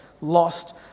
lost